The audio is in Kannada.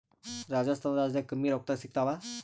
ರಾಜಸ್ಥಾನ ರಾಜ್ಯದಾಗ ಕಮ್ಮಿ ರೊಕ್ಕದಾಗ ಸಿಗತ್ತಾವಾ?